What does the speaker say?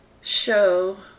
show